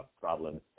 problems